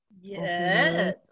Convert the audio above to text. Yes